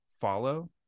follow